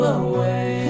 away